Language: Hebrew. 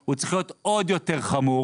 הוא צריך להיות עוד יותר חמור,